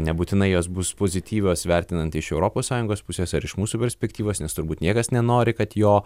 nebūtinai jos bus pozityvios vertinant iš europos sąjungos pusės ar iš mūsų perspektyvos nes turbūt niekas nenori kad jo